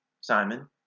Simon